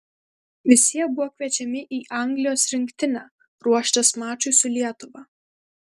visi jie buvo kviečiami į anglijos rinktinę ruoštis mačui su lietuva